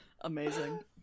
amazing